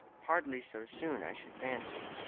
hardly so soon, i should fancy.